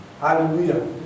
Hallelujah